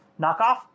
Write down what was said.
knockoff